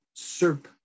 SERP